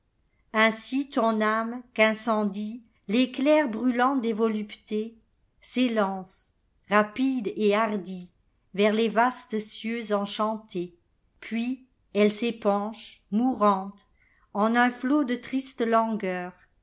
ainsi ton âme qu'incendiel'éclair brûlant des voluptéss'élance rapide et hardie vers les vastes cieux enchantés puis elle s'épanche mourante en un flot de triste langueur